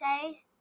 say